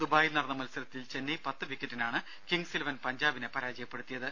ദുബായിൽ നടന്ന മത്സരത്തിൽ ചെന്നൈ പത്ത് വിക്കറ്റിനാണ് കിംഗ്സ് ഇലവൻ പഞ്ചാബിനെ പരാജയപ്പെടുത്തിയത്